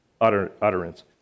utterance